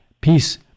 peace